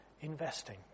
investing